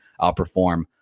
outperform